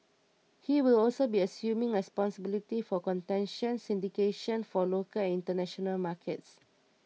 he will also be assuming responsibility for contention Syndication for local international markets